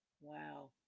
Wow